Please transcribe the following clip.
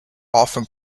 often